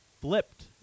flipped